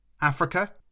Africa